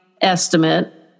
estimate